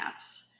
apps